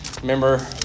Remember